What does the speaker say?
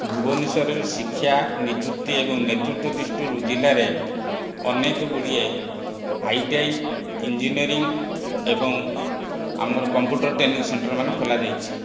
ଭୁବନେଶ୍ୱରରେ ଶିକ୍ଷା ନିଯୁକ୍ତି ଏବଂ ନେତୃତ୍ୱ ଦୃଷ୍ଟିରୁ ଜିଲ୍ଲାରେ ଅନେକ ଗୁଡ଼ିଏ ଆଇଟିଆଇ ଇଞ୍ଜିନିଅରିଂ ଏବଂ ଆମର କମ୍ପୁଟର ଟ୍ରେନିଂ ସେଣ୍ଟର ମାନ ଖୋଲା ଯାଇଛି